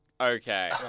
Okay